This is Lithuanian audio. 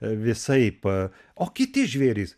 visaip o kiti žvėrys